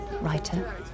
writer